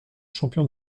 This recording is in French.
champion